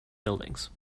buildings